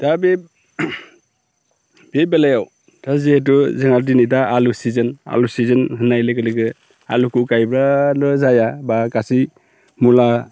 दा बे बे बेलायाव दा जिहेथु जोंहा दिनै दा आलु सिजेन आलु सिजेन होननाय लोगो लोगो आलुखौ गायब्लानो जाया बा गासै मुला